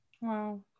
Wow